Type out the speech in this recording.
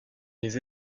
les